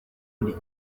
ndi